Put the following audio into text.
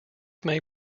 may